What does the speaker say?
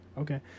okay